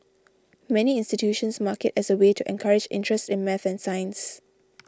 many institutions mark it as a way to encourage interest in math and science